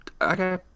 Okay